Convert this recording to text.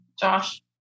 Josh